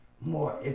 more